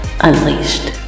Unleashed